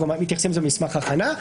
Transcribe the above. אנחנו מתייחסים לזה במסמך ההכנה.